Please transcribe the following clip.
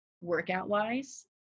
workout-wise